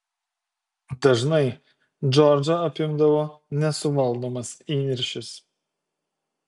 dažnai džordžą apimdavo nesuvaldomas įniršis